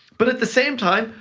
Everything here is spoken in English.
but at the same time,